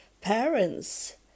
parents